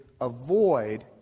avoid